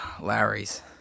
Larry's